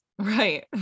Right